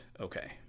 okay